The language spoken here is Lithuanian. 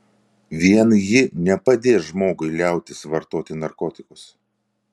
vien ji nepadės žmogui liautis vartoti narkotikus